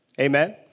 Amen